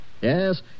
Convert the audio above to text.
Yes